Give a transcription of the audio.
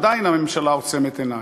ועדיין הממשלה עוצמת עיניים.